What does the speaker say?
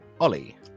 Ollie